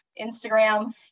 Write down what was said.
Instagram